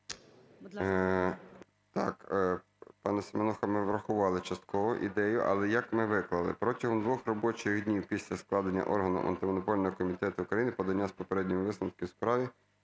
Так, пане Семенуха, ми врахували частково ідею. Але як ми виклали? "Протягом двох робочих днів після складення органом Антимонопольного комітету України подання з попередніми висновками у справі